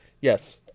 Yes